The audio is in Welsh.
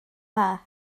dda